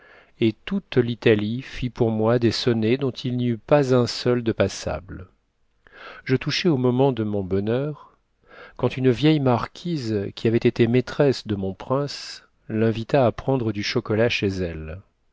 et toute l'italie fit pour moi des sonnets dont il n'y eut pas un seul de passable je touchais au moment de mon bonheur quand une vieille marquise qui avait été maîtresse de mon prince l'invita à prendre du chocolat chez elle